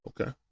okay